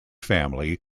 family